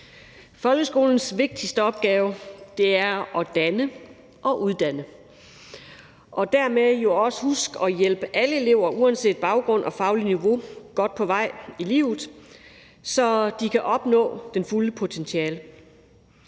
Folkeskolens vigtigste opgave er at danne og uddanne og dermed også huske at hjælpe alle elever uanset baggrund og fagligt niveau godt på vej i livet, så de kan opnå det fulde potentiale.